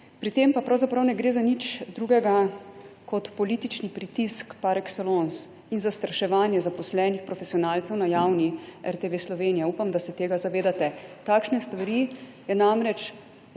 Pri tem pa pravzaprav ne gre za nič drugega kot politični pritisk par excellence in zastraševanje zaposlenih profesionalcev na javni RTV Slovenija. Upam, da se tega zavedate. Takšne stvari je namreč